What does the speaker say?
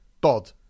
Bod